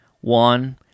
one